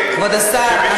כבוד השר,